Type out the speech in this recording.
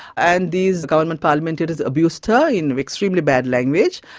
and these government parliamentarians abused her in extremely bad language.